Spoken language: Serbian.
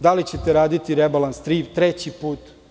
Da li ćete raditi rebalans treći put?